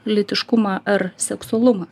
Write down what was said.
lytiškumą ar seksualumą